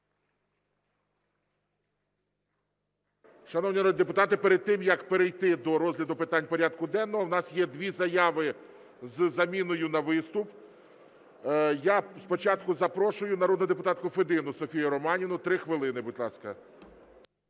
Шановні народні депутати, перед тим, як перейти до розгляду питань порядку денного, в нас є дві заяви із заміною на виступ. Я спочатку запрошую народну депутатку Федину Софію Романівну, 3 хвилини, будь ласка.